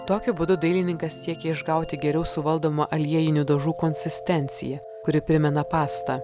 tokiu būdu dailininkas siekė išgauti geriau suvaldomą aliejinių dažų konsistenciją kuri primena pastą